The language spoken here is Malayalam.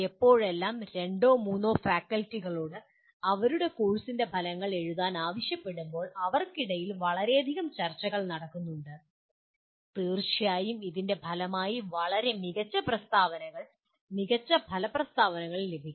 എപ്പോഴെല്ലാം രണ്ടോ മൂന്നോ ഫാക്കൽറ്റികളോട് അവരുടെ കോഴ്സിൻ്റെ ഫലങ്ങൾ എഴുതാൻ ആവശ്യപ്പെടുമ്പോൾ അവർക്കിടയിൽ വളരെയധികം ചർച്ചകൾ നടക്കുന്നുണ്ട് തീർച്ചയായും ഇതിൻ്റെ ഫലമായി വളരെ മികച്ച പ്രസ്താവനകൾ മികച്ച ഫല പ്രസ്താവനകൾ ലഭിക്കും